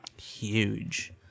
huge